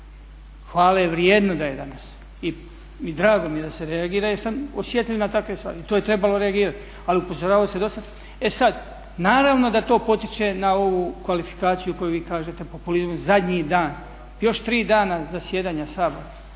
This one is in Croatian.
hvale je vrijedno da je danas i drago mi je da se reagira jer sam osjetljiv na takve stvari i to je trebalo reagirali ali upozoravalo se do sada. E sada naravno da potiče na ovu kvalifikaciju koju vi kažete populizmu zadnji dan, još tri dana zasjedanja Sabora.